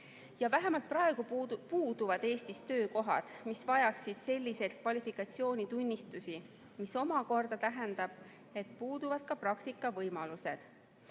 Vähemalt praegu puuduvad Eestis töökohad, mis vajaksid selliseid kvalifikatsioonitunnistusi. See omakorda tähendab, et puuduvad ka praktikavõimalused.